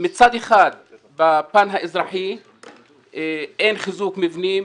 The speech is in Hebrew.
מצד אחד בפן האזרחי אין חיזוק מבנים,